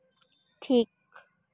ᱴᱷᱤᱠ